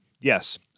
Yes